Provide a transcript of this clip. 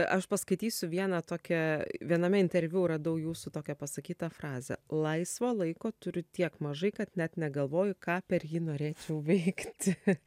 aš paskaitysiu vieną tokią viename interviu radau jūsų tokią pasakytą frazę laisvo laiko turiu tiek mažai kad net negalvoju ką per jį norėčiau veikti